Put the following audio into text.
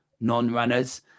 non-runners